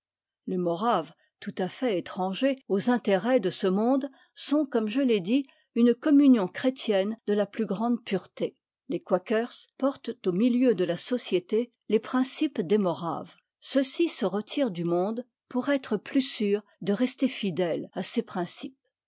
les moraves tout à fait étrangers aux intérêts de ce monde sont comme je l'ai dit une communion chrétienne de la plus grande pureté les quakers portent au milieu de la société les principes des moraves ceux-ci se retirent du monde pour être plus sûrs de rester fidèles à ces principes